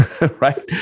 right